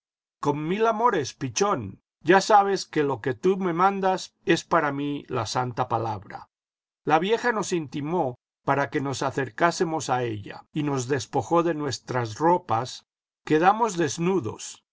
con mil amores pichón ya sabes que lo que tú me mandas es para mí la santa palabra la vieja nos intimó para que nos acercásemos a ella y nos despojó de nuestras ropas quedamos desnudos